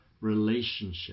relationship